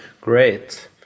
great